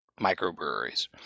microbreweries